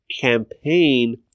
campaign